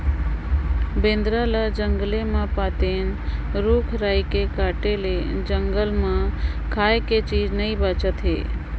बेंदरा ल जंगले मे पातेन, रूख राई के काटे ले जंगल मे खाए के चीज नइ बाचत आहे